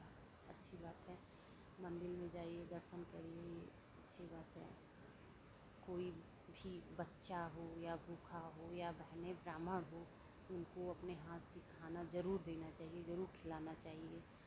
अच्छी बात है मंदिर में जाइए दर्शन करिये ये अच्छी बात है कोइ भी बच्चा हो या भूखा हो या बहने ब्राह्मण हो उनको अपने हाथ से खाना जरूर देना चाहिये जरूर खिलाना चाहिये